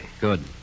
Good